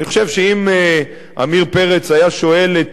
אני חושב שאם עמיר פרץ היה שואל את